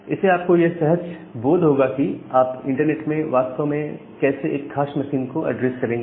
इससे आपको यह सहज बोध होगा कि आप इंटरनेट में वास्तव में कैसे एक खास मशीन को एड्रेस करेंगे